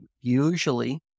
usually